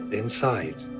inside